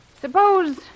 Suppose